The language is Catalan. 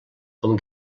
com